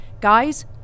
Guys